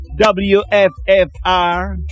WFFR